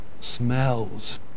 smells